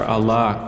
Allah